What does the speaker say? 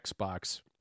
Xbox